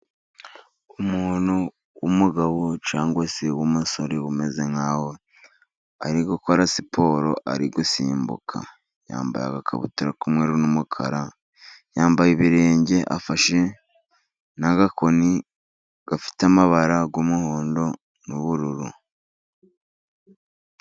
Umuntu w'umugabo cyangwa se w'umusore, umeze nkaho ari gukora siporo ari gusimbuka, yambaye agakabutura k'umweru n'umukara, yambaye ibirenge afashe n'agakoni gafite amabara y'umuhondo n'ubururu.